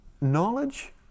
Knowledge